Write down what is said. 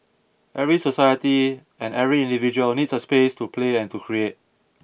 every society and every individual needs a space to play and to create